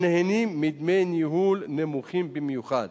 הנהנים מדמי ניהול נמוכים במיוחד.